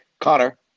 connor